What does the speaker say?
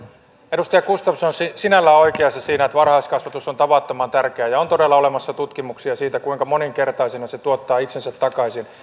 edustaja gustafsson on sinällään oikeassa siinä että varhaiskasvatus on tavattoman tärkeää ja on todella olemassa tutkimuksia siitä kuinka moninkertaisena se tuottaa itsensä takaisin